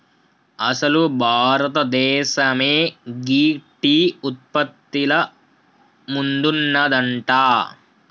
అసలు భారతదేసమే గీ టీ ఉత్పత్తిల ముందున్నదంట